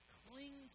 cling